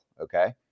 Okay